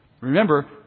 Remember